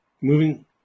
moving